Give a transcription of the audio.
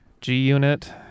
G-Unit